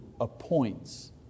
appoints